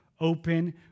open